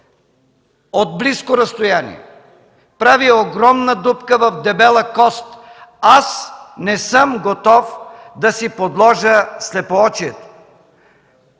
от близко разстояние прави огромна дупка в дебела кост. Аз не съм готов да си подложа слепоочието!